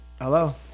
Hello